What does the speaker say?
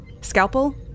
Scalpel